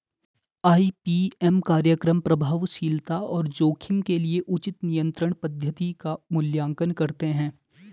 IPM कार्यक्रम प्रभावशीलता और जोखिम के लिए उचित नियंत्रण पद्धति का मूल्यांकन करते हैं